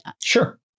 Sure